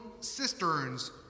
cisterns